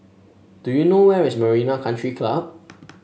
do you know where is Marina Country Club